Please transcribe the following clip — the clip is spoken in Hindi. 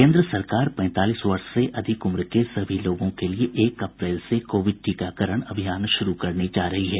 केन्द्र सरकार पैंतालीस वर्ष से अधिक उम्र के सभी लोगों के लिए एक अप्रैल से कोविड टीकाकरण अभियान शुरू करने जा रही है